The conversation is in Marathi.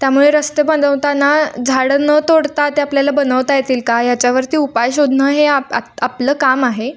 त्यामुळे रस्ते बनवताना झाडं न तोडता ते आपल्याला बनवता येतील का याच्यावरती उपाय शोधणं हे आप आ आपलं काम आहे